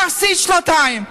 מה עשית שנתיים?